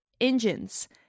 engines